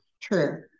True